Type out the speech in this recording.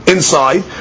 Inside